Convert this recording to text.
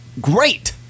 great